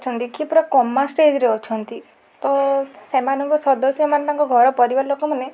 ଅଛନ୍ତି କିଏ ପୁରା କୋମା ଷ୍ଟେଜ୍ରେ ଅଛନ୍ତି ଓ ସେମାନଙ୍କ ସଦସ୍ୟମାନଙ୍କ ଘର ପରିବାର ଲୋକମାନେ